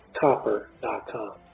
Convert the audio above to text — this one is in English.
copper.com